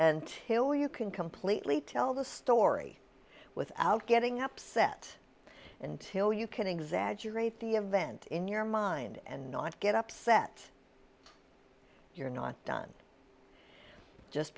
until you can completely tell the story without getting upset until you can exaggerate the event in your mind and not get upset you're not done just